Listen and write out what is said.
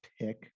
pick